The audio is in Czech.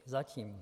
Zatím.